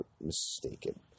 mistaken